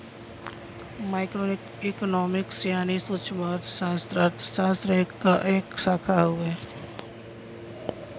micro economics यानी सूक्ष्मअर्थशास्त्र अर्थशास्त्र क एक शाखा हउवे